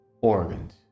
organs